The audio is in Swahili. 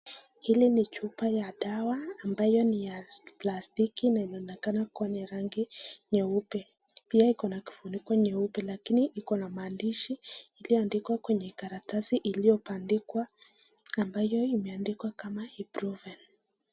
Hili ni chupa ya dawa ambayo ni ya plastiki nainaonekana kuwa ya rangi nyeupe. Pia iko na kifuniko nyeupe lakn iko na maandishi iliyoandikwa kwenye karatasi iliyopandikwa ambayo imeandikwa kama Ibuprofen.